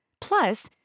Plus